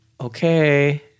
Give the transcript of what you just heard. Okay